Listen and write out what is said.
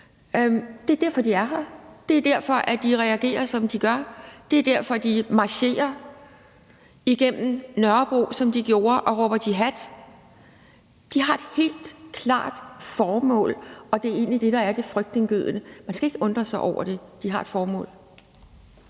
Det er derfor, de er her. Det er derfor, de reagerer, som de gør. Det er derfor, de marcherer igennem Nørrebro, som de gjorde, og råber jihad. De har et helt klart formål, og det er egentlig det, der er det frygtindgydende. Man skal ikke undre sig over det. De har et formål.